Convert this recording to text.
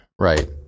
Right